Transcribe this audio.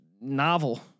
novel